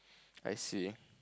I see